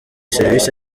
serivisi